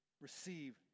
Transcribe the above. receive